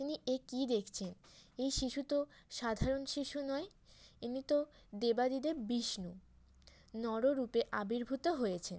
তিনি এ কী দেখছেন এই শিশু তো সাধারণ শিশু নয় ইনি তো দেবাদিদেব বিষ্ণু নররূপে আবির্ভূত হয়েছেন